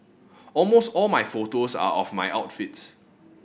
almost all my photos are of my outfits